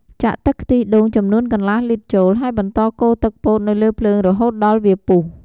ចាក់ទឹកខ្ទិះដូងចំនួនកន្លះលីត្រចូល ហើយបន្តកូរទឹកពោតនៅលើភ្លើងរហូតដល់វាពុះ។